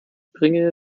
bringe